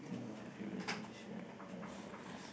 think of your favourite uh